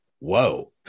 Whoa